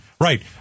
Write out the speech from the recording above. Right